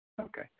Okay